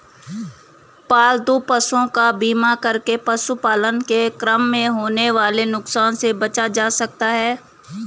पालतू पशुओं का बीमा करके पशुपालन के क्रम में होने वाले नुकसान से बचा जा सकता है